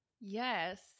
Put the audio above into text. Yes